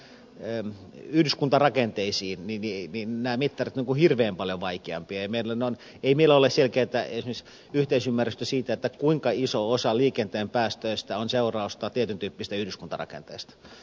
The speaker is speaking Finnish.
mutta sitten kun mennään tänne yhdyskuntarakenteisiin niin nämä mittarit ovat hirveän paljon vaikeampia eikä meillä ole selkeätä esimerkiksi yhteisymmärrystä siitä kuinka iso osa liikenteen päästöistä on seurausta tietyn tyyppisestä yhdyskuntarakenteesta